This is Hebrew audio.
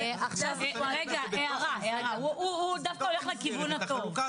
הוא דווקא הולך לכיוון הטוב.